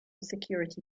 security